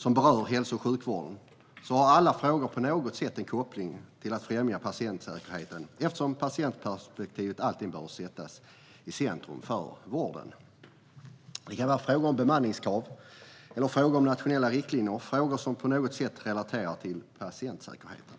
som berör hälso och sjukvården har alla frågor på något sätt en koppling till att främja patientsäkerheten, eftersom patientperspektivet alltid bör sättas i centrum för vården. Det kan vara frågor om bemanningskrav eller om nationella riktlinjer, frågor som på något sätt relaterar till patientsäkerheten.